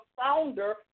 founder